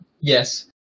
Yes